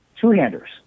two-handers